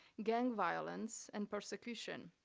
gang violence, and persecution,